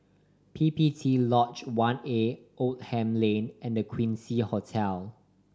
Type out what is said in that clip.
P P T Lodge One A Oldham Lane and The Quincy Hotel